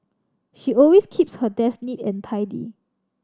she always keeps her desk neat and tidy